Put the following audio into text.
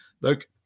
look